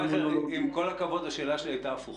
ד"ר רייכר, עם כל הכבוד, השאלה שלי הייתה הפוכה.